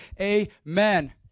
amen